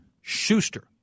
Schuster